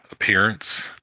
appearance